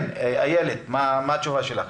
אילת, מה התשובה שלך?